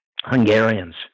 Hungarians